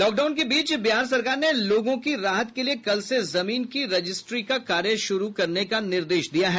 lockdown के बीच बिहार सरकार ने लोगों की राहत के लिए कल से जमीन की रजिस्ट्री का कार्य शुरू करने का निर्देश दिया है